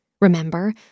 Remember